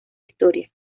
historia